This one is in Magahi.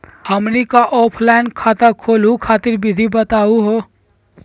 हमनी क ऑफलाइन खाता खोलहु खातिर विधि बताहु हो?